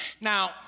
Now